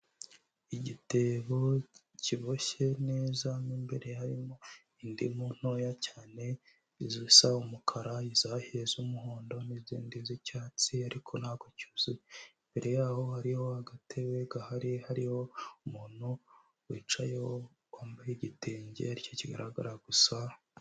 Igitebo kiboshye neza mo imbere harimo indimu ntoya cyane izissa umukara, izahiye z'umuhondo n'izindi z'icyatsi ariko ntabwo cyuzuye, imbere yaho hariho agatebe gahari, hariho umuntu wicayeho wambaye igitenge ari cyo kigaragara gusa.